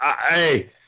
Hey